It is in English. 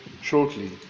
shortly